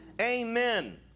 Amen